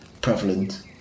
prevalent